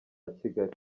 kigali